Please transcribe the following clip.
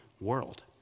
world